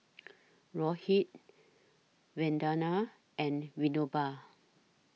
Rohit Vandana and Vinoba